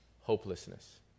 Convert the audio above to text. hopelessness